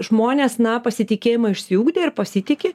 žmonės na pasitikėjimą išsiugdė ir pasitiki